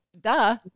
duh